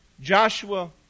Joshua